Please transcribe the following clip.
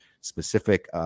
specific